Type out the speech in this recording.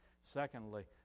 secondly